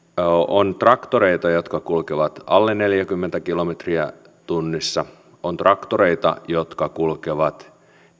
on traktoreita jotka kulkevat alle neljäkymmentä kilometriä tunnissa on traktoreita jotka kulkevat